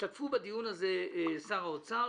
השתתפו בדיון הזה שר האוצר,